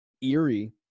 eerie